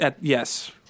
yes